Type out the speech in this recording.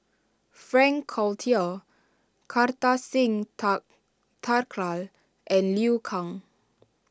Frank Cloutier Kartar Singh Thakral and Liu Kang